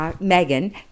Megan